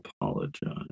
apologize